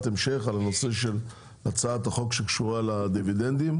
ההמשך זה הנושא של הצעת החוק שקשורה לדיבידנדים.